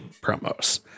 promos